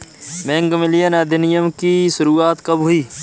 Bank विनियमन अधिनियम की शुरुआत कब हुई?